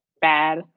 bad